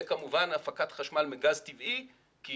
וכמובן הפקת חשמל מגז טבעי כי